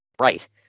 Right